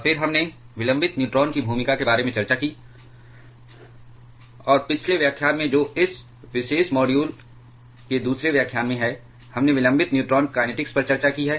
और फिर हमने विलंबित न्यूट्रॉन की भूमिका के बारे में चर्चा की और पिछले व्याख्यान में जो इस विशेष मॉड्यूल के दूसरे व्याख्यान में है हमने विलंबित न्यूट्रॉन कैनेटीक्स पर चर्चा की है